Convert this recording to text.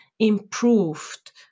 improved